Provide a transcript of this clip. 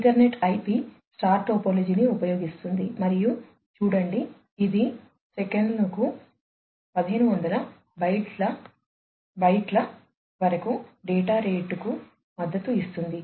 Ethernet IP star టోపోలాజీని ఉపయోగిస్తుంది మరియు వరకు డేటా రేటుకు మద్దతు ఇస్తుంది